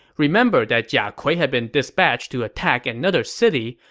remember that jia kui had been dispatched to attack another city,